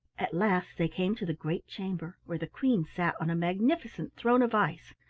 at last they came to the great chamber, where the queen sat on a magnificent throne of ice,